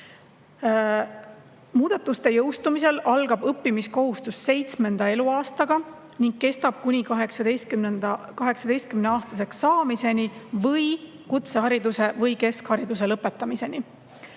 Muudatuste jõustumisel algab õppimiskohustus 7. eluaastaga ning kestab kuni 18-aastaseks saamiseni või kutsehariduse või keskhariduse omandamiseni.